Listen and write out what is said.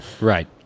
Right